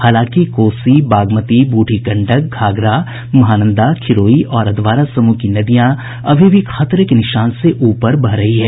हालांकि कोसी बागमती बूढ़ी गंडक घाघरा महानंदा खिरोई और अधवारा समूह की नदियां अभी भी खतरे के निशान से ऊपर बह रही है